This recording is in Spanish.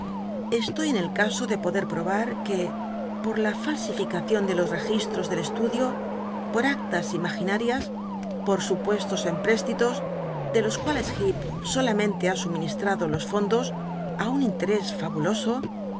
estoy en el caso de poder probar que por la falsificacion de los registros del estudio por actas imaginarias por supuestos empréstitos de los cuales hup solamente ha suministrado los fondos á un interés fabuloso